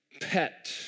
pet